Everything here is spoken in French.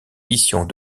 missions